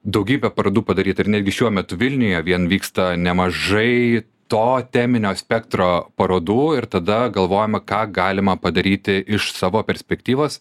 daugybę parodų padaryt ir netgi šiuo metu vilniuje vien vyksta nemažai to teminio spektro parodų ir tada galvojama ką galima padaryti iš savo perspektyvos